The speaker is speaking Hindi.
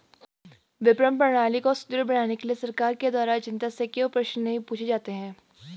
विपणन प्रणाली को सुदृढ़ बनाने के लिए सरकार के द्वारा जनता से क्यों प्रश्न नहीं पूछे जाते हैं?